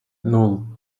nul